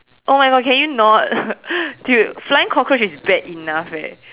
oh my god can you not dude flying cockroach is bad enough eh